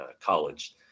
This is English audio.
college